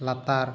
ᱞᱟᱛᱟᱨ